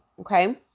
Okay